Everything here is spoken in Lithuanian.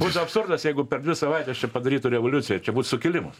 būtų absurdas jeigu per dvi savaites čia padarytų revoliuciją čia būt sukilimas